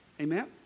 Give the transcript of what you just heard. Amen